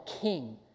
king